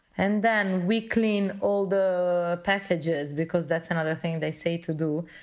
and then we clean all the packages because that's another thing they say to do